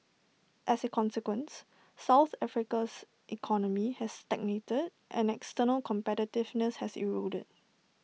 as A consequence south Africa's economy has stagnated and external competitiveness has eroded